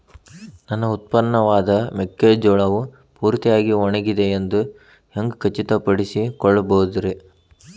ನನ್ನ ಉತ್ಪನ್ನವಾದ ಮೆಕ್ಕೆಜೋಳವು ಪೂರ್ತಿಯಾಗಿ ಒಣಗಿದೆ ಎಂದು ಹ್ಯಾಂಗ ಖಚಿತ ಪಡಿಸಿಕೊಳ್ಳಬಹುದರೇ?